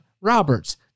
Roberts